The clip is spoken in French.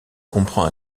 comprend